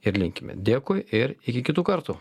ir linkime dėkui ir iki kitų kartų